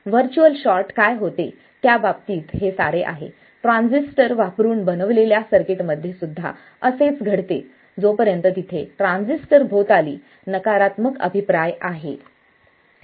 virtual short काय होते त्या बाबतीत हे सारे आहे ट्रान्झिस्टर वापरून बनवलेल्या सर्किट मध्ये सुद्धा असेच घडते जोपर्यंत तिथे ट्रान्झिस्टर भोवताली नकारात्मक अभिप्राय आहे